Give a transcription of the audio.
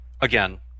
Again